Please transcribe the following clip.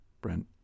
Brent